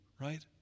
right